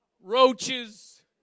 roaches